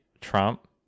trump